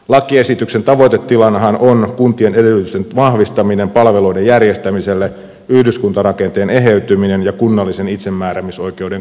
lakiesityksen tavoitetilanahan on kuntien edellytysten vahvistaminen palveluiden järjestämiselle yhdyskuntarakenteen eheytyminen ja kunnallisen itsemääräämisoikeuden kasvattaminen